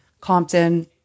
Compton